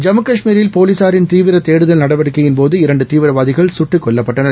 ஜம்மு காஷ்மீரில் டோலீசாரின் தீவிர தேடுதல் நடவடிக்கையின்போது இரண்டு தீவிரவாதிகள் சுட்டுக் கொல்லப்பட்டனர்